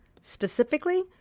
specifically